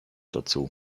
dazu